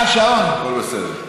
הכול בסדר.